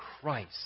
Christ